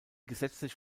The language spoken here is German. gesetzlich